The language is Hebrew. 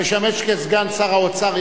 המשמש כסגן שר האוצר,